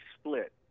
split